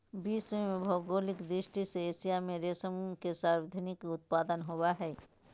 विश्व में भौगोलिक दृष्टि से एशिया में रेशम के सर्वाधिक उत्पादन होबय हइ